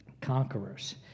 conquerors